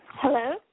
Hello